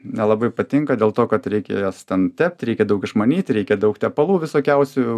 nelabai patinka dėl to kad reikia jas ten tept reikia daug išmanyti reikia daug tepalų visokiausių